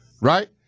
right